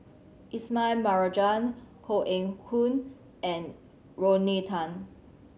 Ismail Marjan Koh Eng Hoon and Rodney Tan